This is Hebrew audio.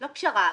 לא פשרה.